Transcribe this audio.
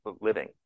living